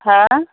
হা